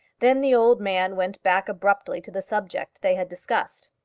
then the old man went back abruptly to the subject they had discussed.